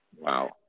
Wow